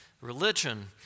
religion